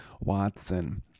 Watson